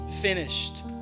finished